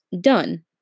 done